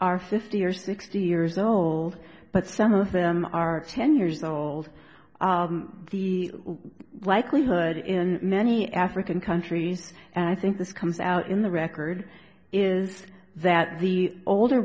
are fifty or sixty years old but some of them are ten years old the likelihood in many african countries and i think this comes out in the record is that the older